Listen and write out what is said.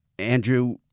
Andrew